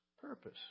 purpose